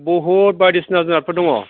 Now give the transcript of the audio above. बहुद बायदिसिना जुनारफोर दङ